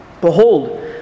Behold